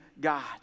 God